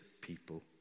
people